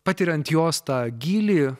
patiriant jos tą gylį